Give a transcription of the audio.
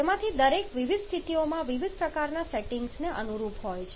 તેમાંથી દરેક વિવિધ સ્થિતિઓમાં વિવિધ પ્રકારના સેટિંગને અનુરૂપ હોય છે